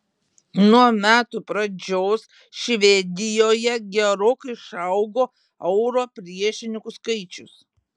nuo metų pradžios švedijoje gerokai išaugo euro priešininkų skaičius